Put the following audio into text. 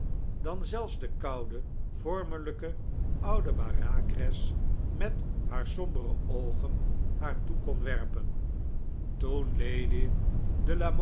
dan zelfs de koude vormelijke oude bareacres met haar sombere oogen haar toe kon werpen toen lady